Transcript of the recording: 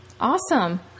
awesome